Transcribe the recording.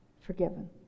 forgiven